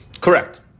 Correct